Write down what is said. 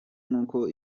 n’uko